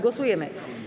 Głosujemy.